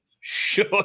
Sure